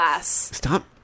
Stop